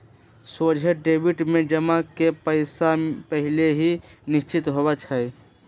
सोझे डेबिट में जमा के पइसा पहिले से निश्चित होइ छइ